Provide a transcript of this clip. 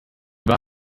war